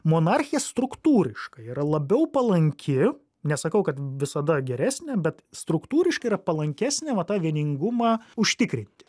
monarchija struktūriškai yra labiau palanki nesakau kad visada geresnė bet struktūriškai yra palankesnė va tą vieningumą užtikrinti